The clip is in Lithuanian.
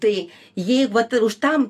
tai jei vat ir už tam